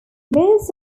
most